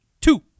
Two